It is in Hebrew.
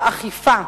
האכיפה,